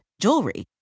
jewelry